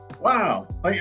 Wow